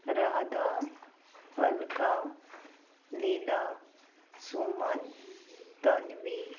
Radha Alka Lila Suman Tanvi